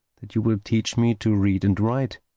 that you will teach me to read and write.